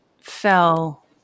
fell